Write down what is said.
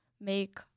make